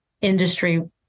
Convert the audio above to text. industry